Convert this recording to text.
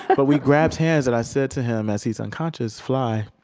but we grabbed hands, and i said to him, as he's unconscious, fly.